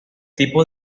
tipo